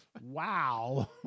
Wow